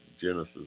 Genesis